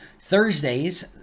Thursdays